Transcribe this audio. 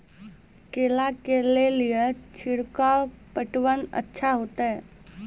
केला के ले ली छिड़काव पटवन अच्छा होते?